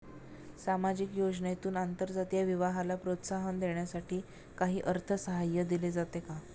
सामाजिक योजनेतून आंतरजातीय विवाहाला प्रोत्साहन देण्यासाठी काही अर्थसहाय्य दिले जाते का?